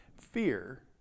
Fear